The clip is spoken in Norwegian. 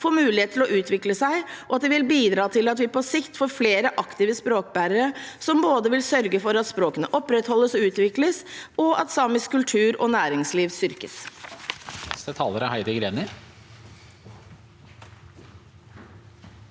får mulighet til å utvikle seg, og til at vi på sikt får flere aktive språkbærere som vil sørge for at språkene både opprettholdes og utvikles, og at samisk kultur og næringsliv styrkes.